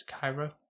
Cairo